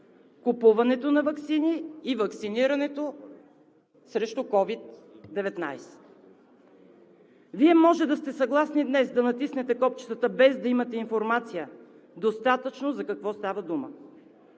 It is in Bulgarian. купуването на ваксини и ваксинирането срещу COVID-19! Вие може да сте съгласни днес да натиснете копчетата, без да имате достатъчно информация за какво става дума.